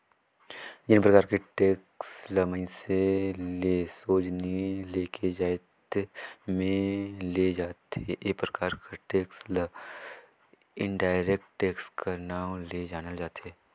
जेन परकार के टेक्स ल मइनसे ले सोझ नी लेके जाएत में ले जाथे ए परकार कर टेक्स ल इनडायरेक्ट टेक्स कर नांव ले जानल जाथे